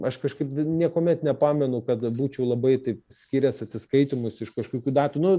aš kažkaip niekuomet nepamenu kad būčiau labai taip skyręs atsiskaitymus iš kažkokių datų nu